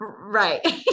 Right